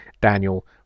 Daniel